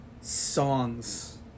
songs